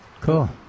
cool